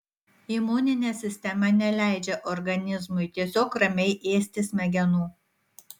imuninė sistema neleidžia organizmui tiesiog ramiai ėsti smegenų